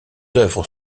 œuvres